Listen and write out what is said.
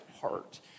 heart